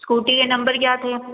scooty के number क्या थे